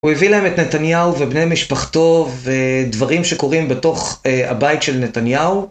הוא הביא להם את נתניהו ובני משפחתו ודברים שקורים בתוך הבית של נתניהו.